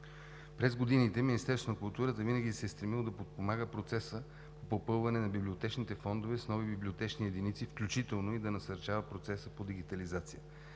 През годините Министерството на културата винаги се е стремило да подпомага процеса по попълване на библиотечните фондове с нови библиотечни единици, включително и да насърчава процеса по дигитализация.